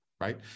Right